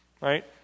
right